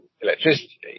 electricity